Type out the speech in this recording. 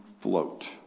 float